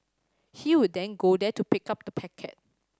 he would then go there to pick up the packet